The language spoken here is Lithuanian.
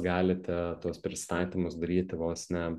galite tuos pristatymus daryti vos ne